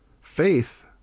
Faith